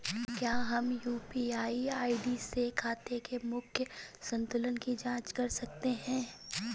क्या हम UPI ID से खाते के मूख्य संतुलन की जाँच कर सकते हैं?